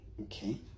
Okay